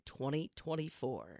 2024